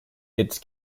its